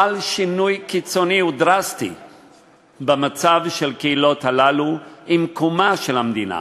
חל שינוי קיצוני ודרסטי במצב של הקהילות האלה עם קום המדינה,